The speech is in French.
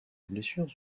blessures